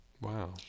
wow